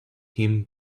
him